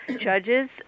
judges